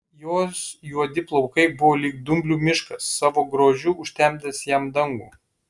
jos juodi plaukai buvo lyg dumblių miškas savo grožiu užtemdęs jam dangų